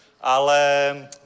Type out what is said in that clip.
ale